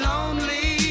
Lonely